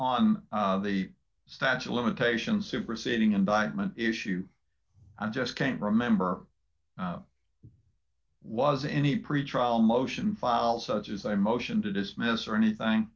on the statue of limitations superseding indictment issue i just can't remember was any pretrial motion filed such as a motion to dismiss or anything